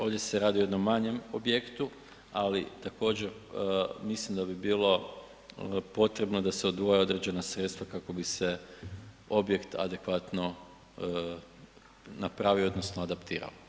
Ovdje se radi o jednom manjem objektu ali također mislim da bi bilo potrebno da se odvoje određena sredstva kako bi se objekt adekvatno napravio, odnosno adaptirao.